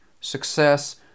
success